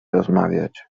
rozmawiać